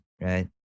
right